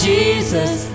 Jesus